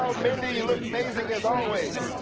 mindy you look amazing as always.